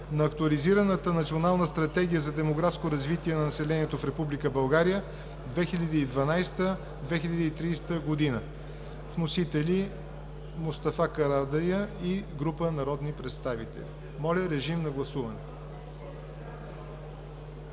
на Актуализираната Национална стратегия за демографско развитие на населението в Република България (2012 – 2030 г.“ Вносители са Мустафа Карадайъ и група народни представители. Моля, режим на гласуване.